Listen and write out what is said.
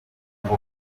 kuko